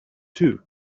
too